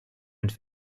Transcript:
und